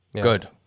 good